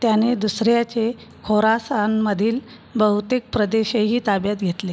त्याने दुसऱ्याचे खोरासानमधील बहुतेक प्रदेशही ताब्यात घेतले